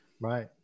Right